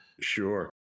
Sure